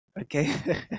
Okay